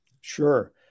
Sure